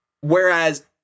Whereas